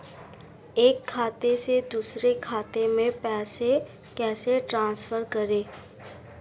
एक खाते से दूसरे खाते में पैसे कैसे ट्रांसफर करें?